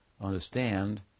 understand